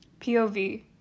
POV